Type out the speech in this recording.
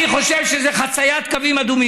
אני מוסיף לך דקה,